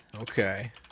Okay